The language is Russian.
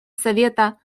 совета